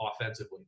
offensively